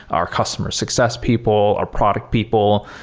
our customer success people, our product people.